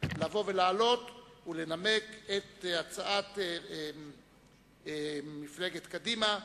לבוא ולעלות ולנמק את הצעת מפלגת קדימה,